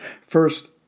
First